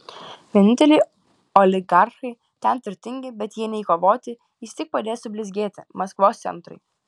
vieninteliai oligarchai ten turtingi bet jie nei kovoti jis tik padės sublizgėti maskvos centrui